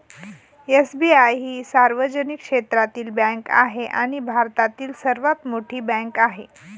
SBI ही सार्वजनिक क्षेत्रातील बँक आहे आणि भारतातील सर्वात मोठी बँक आहे